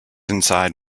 inside